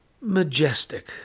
Majestic